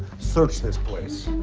search this place.